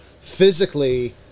physically